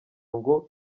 ngo